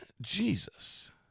Jesus